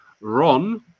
Ron